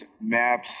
maps